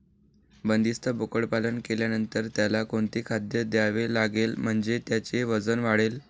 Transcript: बंदिस्त बोकडपालन केल्यानंतर त्याला कोणते खाद्य द्यावे लागेल म्हणजे त्याचे वजन वाढेल?